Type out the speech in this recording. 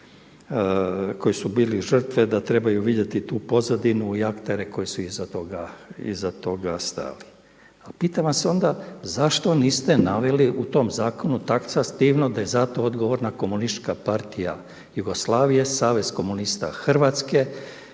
koji su bili žrtve, da trebaju vidjeti tu pozadinu i aktere koji su iza toga stajali. Ali pitam vas onda zašto niste naveli u tom zakonu taksativno da je za to odgovorna Komunistička partija Jugoslavije, Savez komunista Hrvatske